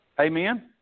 Amen